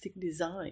design